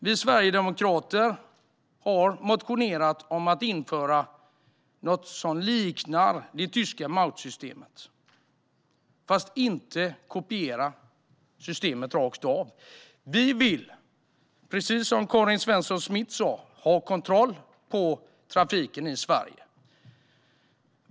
Vi sverigedemokrater har motionerat om att införa något som liknar det tyska systemet Maut fast inte kopiera det rakt av. Vi vill, precis som Karin Svensson Smith sa, ha koll på trafiken i Sverige.